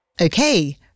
Okay